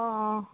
অঁ অঁ